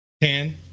Ten